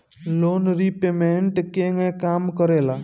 Loan repayment केगा काम करेला?